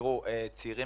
צעירים